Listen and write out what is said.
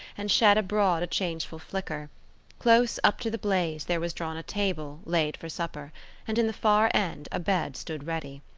and shed abroad a changeful flicker close up to the blaze there was drawn a table, laid for supper and in the far end a bed stood ready.